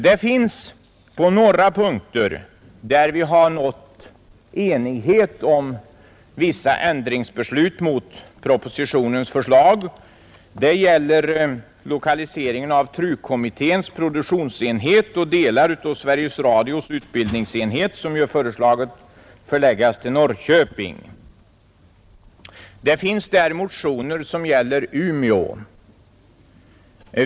Det finns några punkter där vi nått enighet om vissa ändringsbeslut mot propositionens förslag. Det gäller lokalisering av TRU-kommitténs produktionsenhet och delar av Sveriges Radios utbildningsenhet, som ju föreslagits förläggas till Norrköping. Det finns motioner som gäller Umeå.